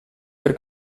per